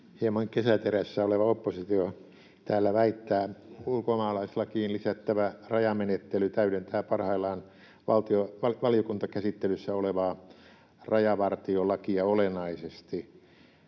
hieman kesäterässä oleva oppositio täällä väittää, ulkomaalaislakiin lisättävä rajamenettely täydentää parhaillaan valiokuntakäsittelyssä olevaa rajavartiolakia olennaisesti.